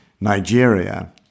Nigeria